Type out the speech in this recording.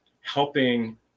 helping